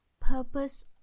purpose